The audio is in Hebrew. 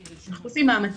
אנחנו עושים מאמצים.